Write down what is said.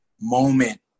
moment